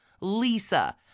Lisa